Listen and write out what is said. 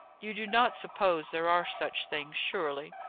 you do not suppose there are such things, surely?